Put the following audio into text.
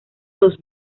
los